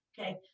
Okay